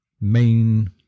main